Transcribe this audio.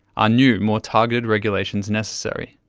are new more targeted regulations necessary?